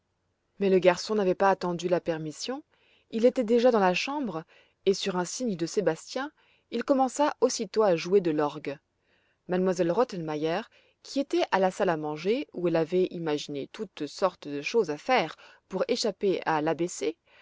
mais le garçon n'avait pas attendu la permission il était déjà dans la chambré et sur un signe de sebastien il commença aussitôt à jouer de l'orgue m elle rottenmeier qui était à la salle à manger où elle avait imaginé toutes sortes de choses à faire pour échapper à